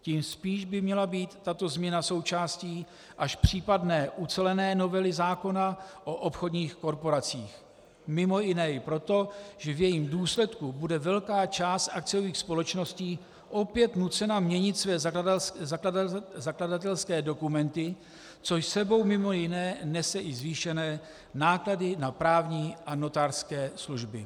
Tím spíš by měla být tato změna součástí až případné ucelené novely zákona o obchodních korporacích, mj. i proto, že v jejím důsledku bude velká část akciových společností opět nucena měnit své zakladatelské dokumenty, což s sebou mj. nese i zvýšené náklady na právní a notářské služby.